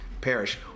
perish